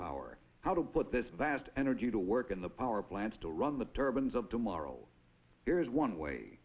power how to put this vast energy to work in the power plants to run the turbans of tomorrow there is one way